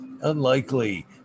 Unlikely